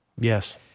Yes